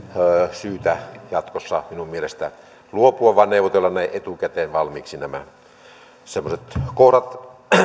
syytä jatkossa minun mielestäni luopua tulisi neuvotella etukäteen valmiiksi siinä rakentamisluvassa semmoiset kohdat